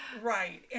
Right